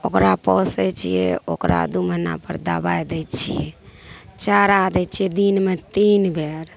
ओकरा पोसै छिए ओकरा दुइ महिनापर दवाइ दै छिए चारा दै छिए दिनमे तीन बेर